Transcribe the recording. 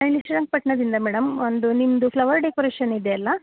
ಶ್ರೀರಂಗ ಪಟ್ಟಣದಿಂದ ಮೇಡಮ್ ಒಂದು ನಿಮ್ಮದು ಫ್ಲವರ್ ಡೆಕೊರೇಷನ್ ಇದೆಯಲ್ಲ